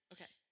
Okay